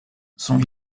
sont